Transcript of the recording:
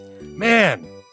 Man